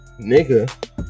nigga